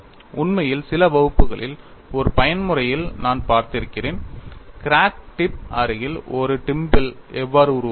உண்மையில் சில வகுப்புகளில் ஒரு பயன்முறையில் நான் பார்த்திருக்கிறேன் கிராக் டிப் அருகில் ஒரு டிம்பிள் எவ்வாறு உருவாகிறது